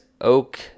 Oak